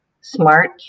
smart